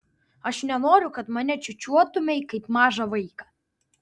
aš nenoriu kad čiūčiuotumei mane kaip mažą vaiką